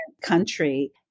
country